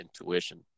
intuition